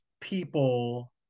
people